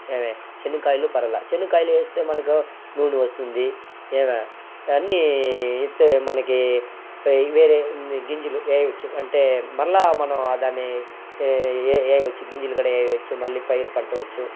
ఏమి శనగకాయలు పర్లే శనగకాయలు వేస్తే మనకు నూనె వస్తుంది ఏమి అన్నీ ఇత్ మనకీ వే వేరే గింజలు వేయచ్చు అంటే మళ్ళా మనం ఆ దాని ఏ ఏ వేయచ్చు గింజలు కూడా వేయచ్చు మళ్లీ పైరు పంట వచ్చు